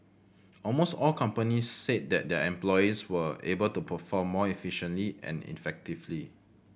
almost all companies said that their employees were able to perform more efficiently and effectively